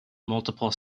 multiple